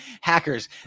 Hackers